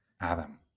Adam